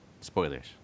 spoilers